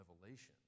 revelation